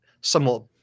somewhat